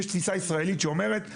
יש תפיסה ישראלית שאומרת,